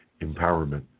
empowerment